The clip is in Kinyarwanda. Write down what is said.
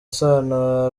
sano